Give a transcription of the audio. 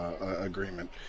agreement